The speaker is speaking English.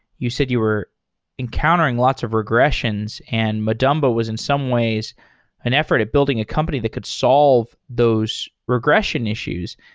you said you were encountering lots of regression, and madumbo was in some ways an effort of building a company that could solve those regression issues.